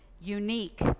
unique